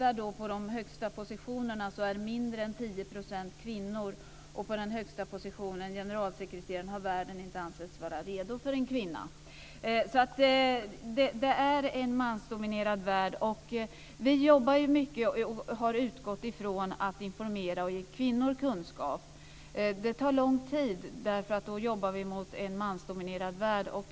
På de högsta positionerna är det mindre än 10 % kvinnor, och på den allra högsta positionen, generalsekreteraren, har världen inte ansetts vara redo för en kvinna. Det är en mansdominerad värld. Vi jobbar mycket och har utgått från att informera och ge kvinnor kunskap. Det tar lång tid, därför att vi jobbar mot en mansdominerad värld.